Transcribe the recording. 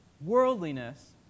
worldliness